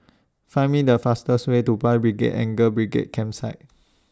Find The fastest Way to Boys' Brigade and Girls' Brigade Campsite